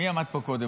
מי עמד פה קודם?